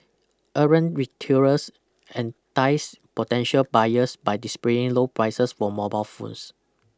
errant retailers entice potential buyers by displaying low prices for mobile phones